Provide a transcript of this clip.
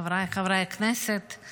חבריי חברי הכנסת,